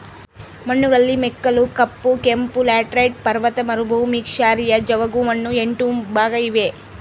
ಮಣ್ಣುಗಳಲ್ಲಿ ಮೆಕ್ಕಲು, ಕಪ್ಪು, ಕೆಂಪು, ಲ್ಯಾಟರೈಟ್, ಪರ್ವತ ಮರುಭೂಮಿ, ಕ್ಷಾರೀಯ, ಜವುಗುಮಣ್ಣು ಎಂಟು ಭಾಗ ಇವೆ